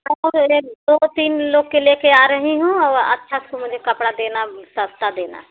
दो तीन लोग को ले कर आ रही हूँ और अच्छे से मुझे कपड़ा देना सस्ता देना